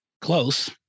Close